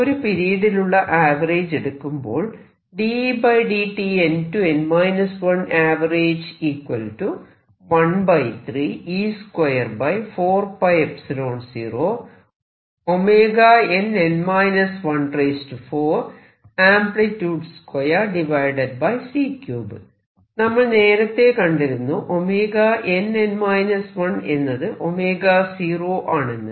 ഒരു പിരീഡിലുള്ള ആവറേജ് എടുക്കുമ്പോൾ നമ്മൾ നേരത്തെ കണ്ടിരുന്നു nn 1 എന്നത് 0 ആണെന്ന്